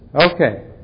Okay